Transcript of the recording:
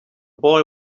boy